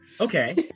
Okay